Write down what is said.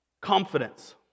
Confidence